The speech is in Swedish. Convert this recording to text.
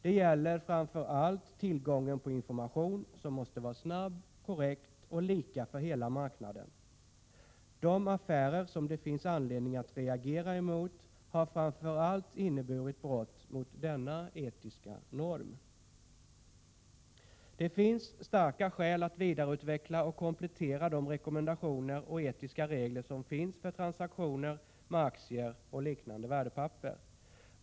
Det gäller framför allt tillgången på information; tillgången måste vara snabb, lika för hela marknaden, och informationen måste vara korrekt. De affärer som det finns anledning Prot. 1987/88:86 reagera mot har framför allt inneburit brott mot denna etiska norm. 17 mars 1988 Det finns starka skäl att vidareutveckla och komplettera de rekommendationer och etiska regler som finns för transaktioner med aktier och liknande värdepapper.